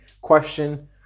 question